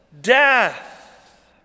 death